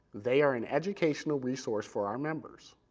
they are an educational resource for our members,